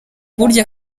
burya